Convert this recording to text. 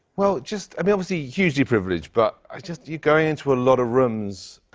well, just, i mean, obviously, hugely privileged. but i just you go into a lot of rooms,